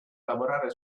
lavorare